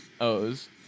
O's